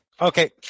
Okay